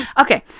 Okay